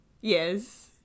Yes